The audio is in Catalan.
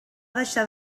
deixar